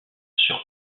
sur